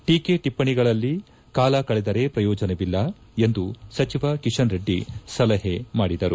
ಟೀಕೆ ಟಿಪ್ಪಣಿಗಳಲ್ಲಿ ಕಾಲ ಕಳೆದರೆ ಪ್ರಯೋಜನವಿಲ್ಲ ಎಂದು ಸಚಿವ ಕಿಷನ್ ರೆಡ್ಡಿ ಸಲಹೆಮಾಡಿದರು